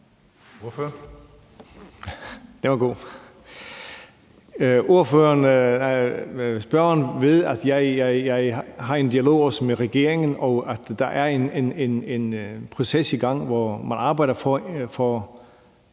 (JF): Den var god. Spørgeren ved, at jeg også har en dialog med regeringen, og at der er en proces i gang, hvor man arbejder for